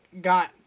got